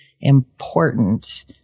important